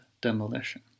demolition